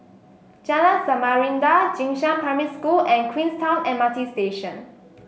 Jalan Samarinda Jing Shan Primary School and Queenstown M R T Station